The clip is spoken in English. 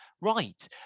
right